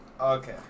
okay